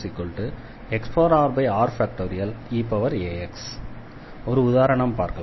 eax ஒரு உதாரணத்தை பார்க்கலாம்